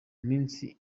minsi